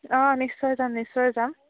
অঁ নিশ্চয় যাম নিশ্চয় যাম